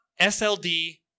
SLD